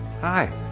hi